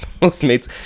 postmates